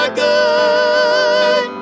good